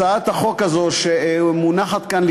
הצעת החוק הזאת שמונחת כאן לפניכם,